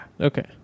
Okay